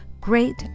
great